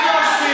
זה מה שאת.